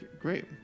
Great